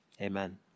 amen